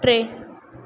टे